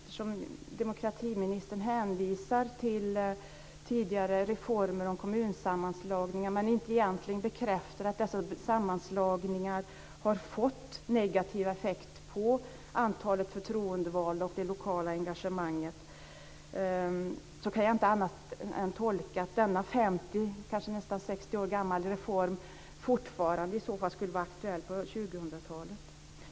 När demokratiministern hänvisar till tidigare reformer och kommunsammanslagningar men egentligen inte bekräftar att dessa sammanslagningar har fått negativ effekt på antalet förtroendevalda och det lokala engagemanget, kan jag inte annat än tolka det som att denna 50, kanske nästan 60 år gamla reform fortfarande skulle vara aktuell på 2000-talet.